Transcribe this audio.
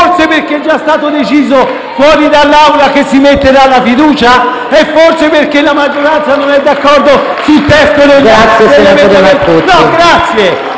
forse perché è già stato deciso fuori dall'Aula che si metterà la fiducia? È forse perché la maggioranza non è d'accordo sul testo dell'emendamento?